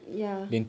ya